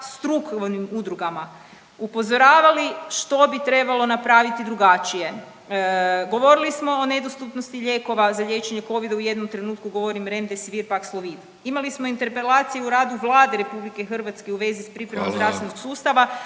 strukovnim udrugama upozoravali što bi trebalo napraviti drugačije. Govorili smo o nedostupnosti lijekova za liječenje covida, u jednom trenutku govorim remdesivir, pakslovid. Imali smo interpelaciju u radu Vlade RH u vezi s pripremama zdravstvenog